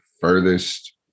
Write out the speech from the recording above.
furthest